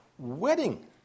wedding